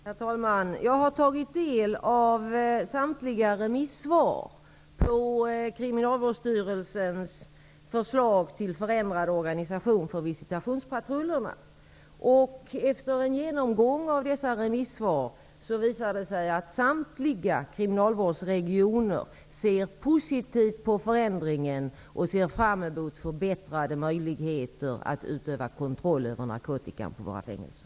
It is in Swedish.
Herr talman! Jag har tagit del av samtliga remissvar på Kriminalvårdsstyrelsens förslag till förändrad organisation för visitationspatrullerna. En genomgång av dessa remissvar visar att samtliga kriminalvårdsregioner ser positivt på förändringen och ser fram emot förbättrade möjligheter att utöva kontroll över narkotikan på våra fängelser.